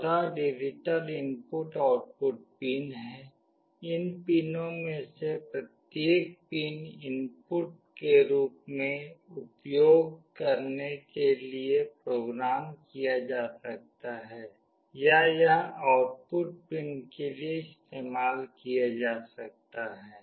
14 digital input output pin हैं इन पिनों में से प्रत्येक पिन इनपुट पिन के रूप में उपयोग करने के लिए प्रोग्राम किया जा सकता है या यह आउटपुट पिन के लिए इस्तेमाल किया जा सकता है